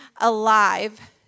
alive